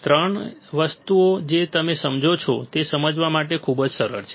ત્રણેય વસ્તુઓ જે તમે સમજો છો તે સમજવા માટે ખૂબ જ સરળ છે